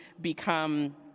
become